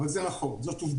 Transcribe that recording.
אבל זה נכון, אלו עובדות.